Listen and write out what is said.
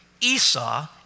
Esau